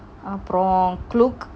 uproar klook